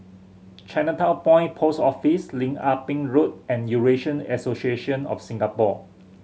Chinatown Point Post Office Lim Ah Pin Road and Eurasian Association of Singapore